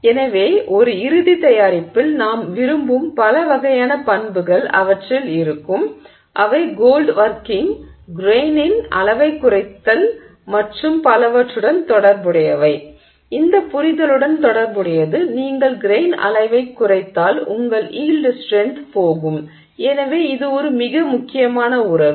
எனவே ஒரு இறுதி தயாரிப்பில் நாம் விரும்பும் பல வகையான பண்புகள் அவற்றில் இருக்கும் அவை கோல்ட் ஒர்க்கிங் கிரெய்னின் அளவைக் குறைத்தல் மற்றும் பலவற்றுடன் தொடர்புடையவை இந்த புரிதலுடன் தொடர்புடையது நீங்கள் கிரெய்ன் அளவைக் குறைத்தால் உங்கள் யீல்டு ஸ்ட்ரென்த் போகும் எனவே இது ஒரு மிக முக்கியமான உறவு